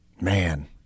Man